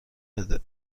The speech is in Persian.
بده